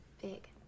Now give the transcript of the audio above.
Big